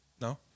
No